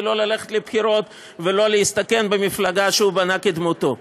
כדי לא ללכת לבחירות ולא להסתכן במפלגה שהוא בנה כדמותו,